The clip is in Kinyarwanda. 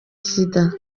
sida